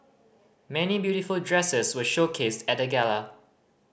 many beautiful dresses were showcased at the gala